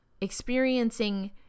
experiencing